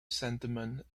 sentiment